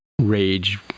rage